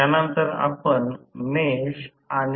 आणि त्याचप्रमाणे 35 समीकरण या आधारे सुलभ करतो